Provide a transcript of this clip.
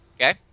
Okay